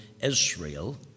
Israel